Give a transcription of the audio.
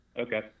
Okay